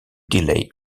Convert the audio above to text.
delay